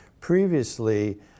Previously